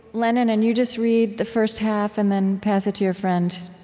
lennon, and you just read the first half, and then pass it to your friend